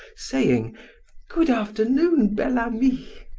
saying good afternoon, bel-ami.